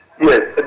Yes